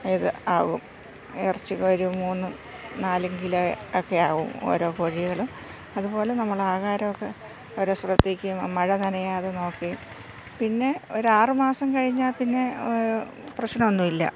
ഇത് ആവും ഇറച്ചി ഒരു മൂന്നും നാലും കിലോ ഒക്കെ ആകും ഓരോ കോഴികളും അതുപോലെ നമ്മൾ ആഹാരമൊക്കെ ഓരോ ശ്രദ്ധിക്കുകയും മഴ നനയാാതെ നോക്കി പിന്നെ ഒരു ആറു മാസം കഴിഞ്ഞാൽ പിന്നെ പ്രശ്നമൊന്നും ഇല്ല